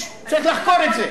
צריך לחקור את זה.